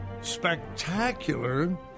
spectacular